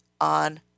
on